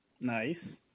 Nice